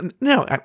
No